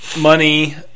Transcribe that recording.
money